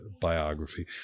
biography